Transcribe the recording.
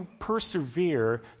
persevere